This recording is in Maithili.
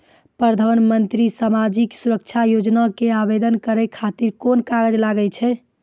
प्रधानमंत्री समाजिक सुरक्षा योजना के आवेदन करै खातिर कोन कागज लागै छै?